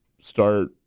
start